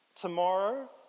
tomorrow